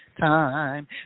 time